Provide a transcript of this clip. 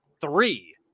three